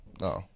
no